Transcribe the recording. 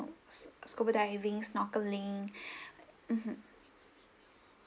scuba diving snorkeling mmhmm